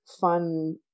fun